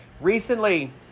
Recently